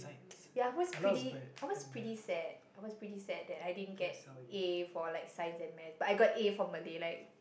ya I was pretty I was pretty sad I was pretty sad that I didn't get A for like Science and math but I got A for Malay like